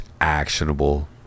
actionable